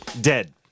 Dead